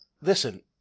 listen